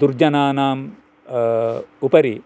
दुर्जनानां उपरि